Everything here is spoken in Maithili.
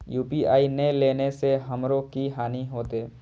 यू.पी.आई ने लेने से हमरो की हानि होते?